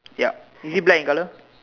yup is it black in colour